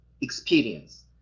experience